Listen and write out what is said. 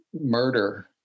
murder